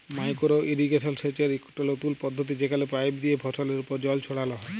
micro irrigation সেচের ইকট লতুল পদ্ধতি যেখালে পাইপ লিয়ে ফসলের উপর জল ছড়াল হ্যয়